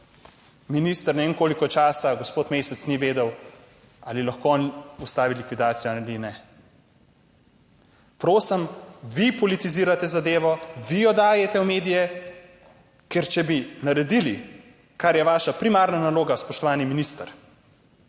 Mesec, ne vem, koliko časa, ni vedel, ali lahko on ustavi likvidacijo ali ne. Vi politizirate zadevo, vi jo dajete v medije. Ker če bi naredili, kar je vaša primarna naloga, spoštovani minister,